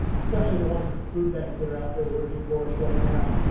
especially the ones at the food bank that are out there working for us right now.